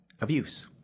Abuse